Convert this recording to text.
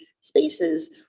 spaces